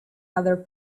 other